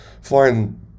flying